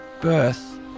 birth